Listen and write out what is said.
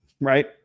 right